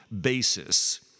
basis